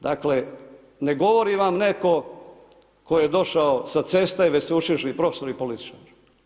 Dakle, ne govori vam netko tko je došao s ceste već sveučilišni profesor i političar.